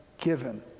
given